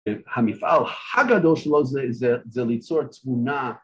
המפעל הגדול שלו זה ליצור תמונה